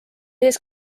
ees